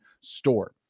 store